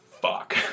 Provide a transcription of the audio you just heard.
fuck